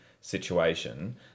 situation